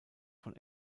von